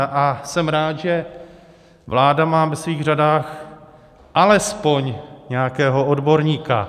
A jsem rád, že vláda má ve svých řadách alespoň nějakého odborníka.